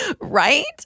right